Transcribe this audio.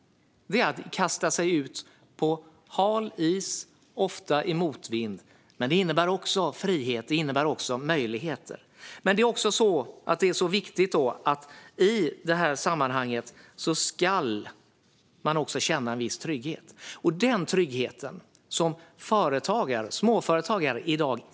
Det är att kasta sig ut på hal is, ofta i motvind. Men det innebär också frihet och möjligheter. I det sammanhanget är det viktigt att man känner en viss trygghet. Den tryggheten känner inte företagare och småföretagare i dag.